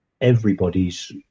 everybody's